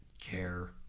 care